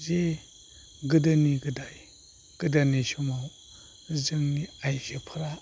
जे गोदोनि गोदाय गोदोनि समाव जोंनि आइजोफोरा